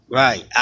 right